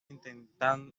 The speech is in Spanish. internado